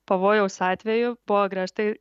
pavojaus atveju buvo griežtai